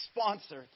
sponsored